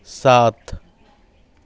सात